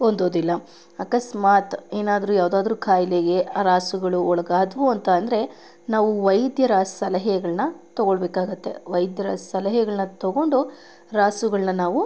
ಹೊಂದೋದಿಲ್ಲ ಅಕಸ್ಮಾತ್ ಏನಾದರೂ ಯಾವುದಾದ್ರೂ ಖಾಯಿಲೆಗೆ ರಾಸುಗಳು ಒಳಗಾದವು ಅಂತ ಅಂದ್ರೆ ನಾವು ವೈದ್ಯರ ಸಲಹೆಗಳನ್ನ ತಗೊಳ್ಬೇಕಾಗುತ್ತೆ ವೈದ್ಯರ ಸಲಹೆಗಳನ್ನ ತಗೊಂಡು ರಾಸುಗಳನ್ನ ನಾವು